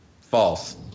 False